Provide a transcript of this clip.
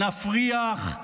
נפריח,